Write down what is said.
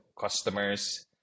customers